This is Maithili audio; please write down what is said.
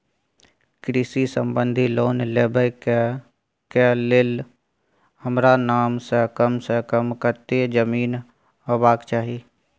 कृषि संबंधी लोन लेबै के के लेल हमरा नाम से कम से कम कत्ते जमीन होबाक चाही?